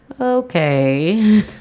Okay